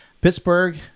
pittsburgh